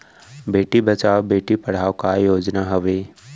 बेटी बचाओ बेटी पढ़ाओ का योजना हवे?